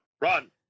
run